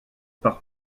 par